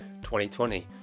2020